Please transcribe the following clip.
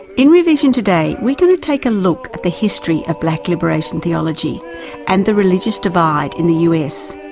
in rear vision today we're going to take a look at the history of black liberation theology and the religious divide in the us.